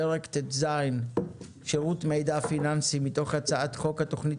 פרק ט"ז (שירות מידע פיננסי) מתוך הצעת חוק התוכנית